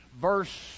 verse